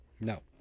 No